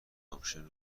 آپشن